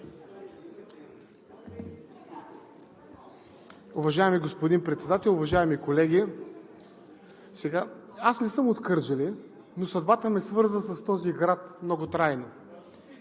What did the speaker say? Уважаеми господин Председател, уважаеми колеги! Аз не съм от Кърджали, но съдбата ме свърза с този град много трайно.